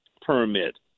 permit